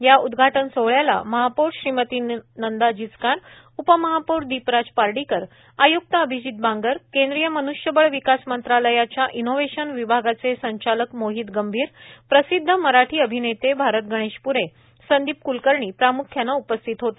या उद्घाटन सोहळ्याला महापौर श्रीमती नंदा जिचकार उपमहापौर दीपराज पार्डीकर आय्क्त आभिजीत बांगर केंद्रीय मन्ष्यबळ विकास मंत्रालयाच्या इनोव्हेशन विभागाचे संचालक मोहित गंभीर प्रसिद्ध मराठी अभिनेते भारत गणेशप्रे संदीप कृत्लकर्णी प्राम्ख्याने उपस्थित होते